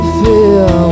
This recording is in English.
feel